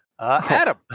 Adam